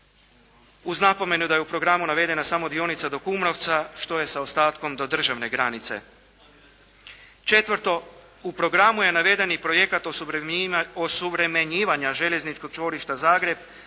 uz napomenu da je u programu navedena samo dionica do Kumrovca. Što je sa ostatkom do državne granice? Četvrto, u programu je naveden i projekat osuvremenjivanja željezničkog čvorišta Zagreb